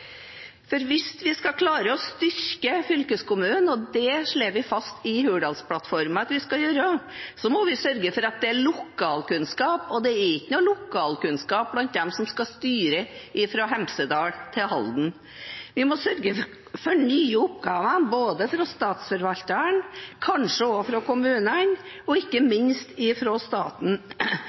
for hvis vi skal klare å styrke fylkeskommunen, og det slår vi fast i Hurdalsplattformen at vi skal gjøre, må vi sørge for at det er lokalkunnskap. Det er ikke noen lokalkunnskap blant dem som skal styre fra Hemsedal til Halden. Vi må sørge for nye oppgaver, både fra statsforvalteren, kanskje også fra kommunen og ikke minst fra staten.